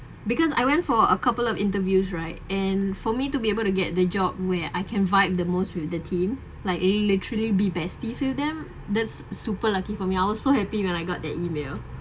because I went for a couple of interviews right and for me to be able to get the job where I can vibe the most with the team like literally be bestie with them that's super lucky for me I was so happy when I got that email